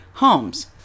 Homes